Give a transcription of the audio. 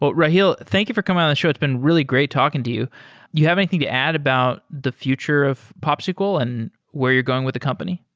but rahil, thank you for coming on the show. it's been really great talking to you. do you have anything to add about the future of popsql and where you're going with the company?